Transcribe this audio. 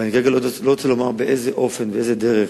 וכרגע אני לא רוצה לומר באיזה אופן ובאיזו דרך,